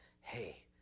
hey